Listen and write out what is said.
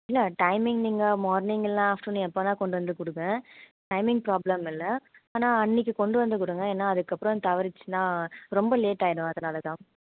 இல்லை டைமிங் நீங்கள் மார்னிங் இல்லைன்னா ஆஃப்டர்நூன் எப்போ வேணால் கொண்டு வந்து கொடுங்க டைமிங் ப்ராபளம் இல்லை ஆனால் அன்றைக்கி கொண்டு வந்து கொடுங்க ஏன்னால் அதுக்கப்புறம் தவறிச்சுன்னா ரொம்ப லேட்டாகிடும் அதனால் தான்